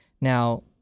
Now